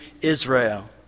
Israel